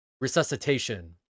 resuscitation